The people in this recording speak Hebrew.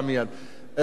חבר הכנסת זחאלקה,